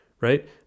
right